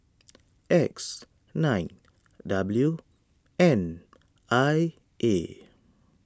X nine W N I A